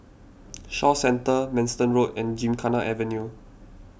Shaw Centre Manston Road and Gymkhana Avenue